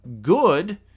good